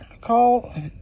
call